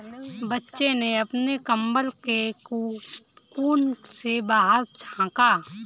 बच्चे ने अपने कंबल के कोकून से बाहर झाँका